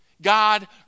God